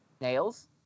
Nails